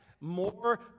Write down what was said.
more